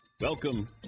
welcome